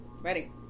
Ready